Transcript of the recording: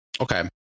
Okay